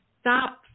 stop